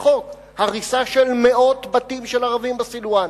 חוק הריסה של מאות בתים של ערבים בסילואן.